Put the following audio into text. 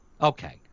Okay